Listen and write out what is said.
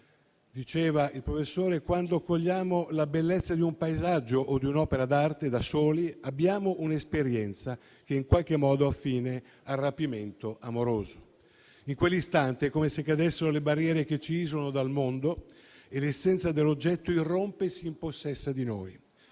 Diceva il professore: «E, quando cogliamo la bellezza di un paesaggio o di un'opera d'arte con lei, abbiamo una esperienza che è in qualche modo affine al rapimento amoroso. In quell'istante è come se cadessero le barriere che ci isolano dal mondo e l'essenza dell'oggetto irrompe, si impossessa di noi.